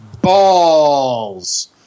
balls